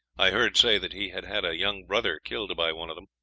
i heard say that he had had a young brother killed by one of them.